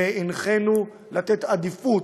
והנחינו לתת להם עדיפות,